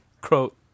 quote